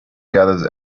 gathers